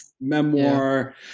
memoir